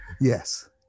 Yes